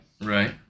Right